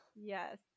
Yes